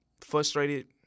frustrated